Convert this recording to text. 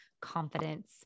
confidence